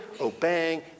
obeying